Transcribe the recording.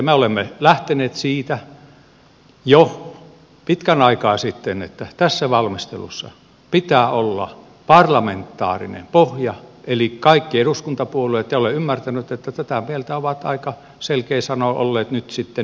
me olemme lähteneet siitä jo pitkän aikaa sitten että tässä valmistelussa pitää olla parlamentaarinen pohja eli kaikki eduskuntapuolueet ja olen ymmärtänyt että tätä mieltä ovat aika selkein sanoin olleet nyttemmin myöskin perussuomalaiset